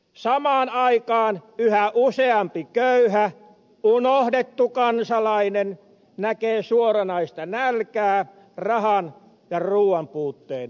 samaan aikaan yhä useampi köyhä unohdettu kansalainen näkee suoranaista nälkää rahan ja ruuan puutteen vuoksi